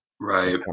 Right